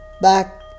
back